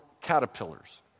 caterpillars